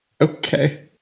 Okay